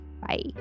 Bye